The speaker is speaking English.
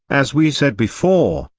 as we said before,